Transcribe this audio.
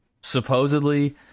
Supposedly